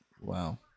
Wow